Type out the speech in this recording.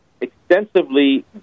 extensively